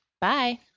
Bye